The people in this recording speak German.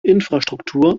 infrastruktur